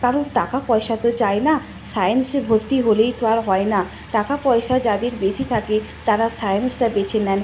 কারণ টাকা পয়সা তো চাই না সায়েন্সে ভর্তি হলেই তো আর হয় না টাকা পয়সা যাদের বেশি থাকে তারা সায়েন্সটা বেছে নেন